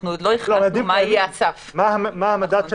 אנחנו עוד לא החלטנו מה יהיה --- מה המדד של